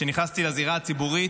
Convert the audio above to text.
כשנכנסתי לזירה הציבורית,